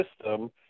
system